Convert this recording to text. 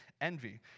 envy